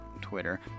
Twitter